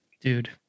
Dude